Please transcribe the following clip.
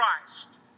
Christ